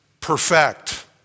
perfect